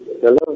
Hello